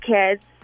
kids